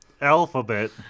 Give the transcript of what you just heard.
alphabet